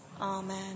Amen